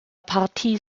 partie